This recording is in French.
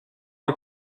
non